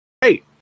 Hey